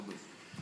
מה הבעיה?